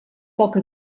poca